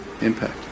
impact